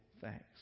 thanks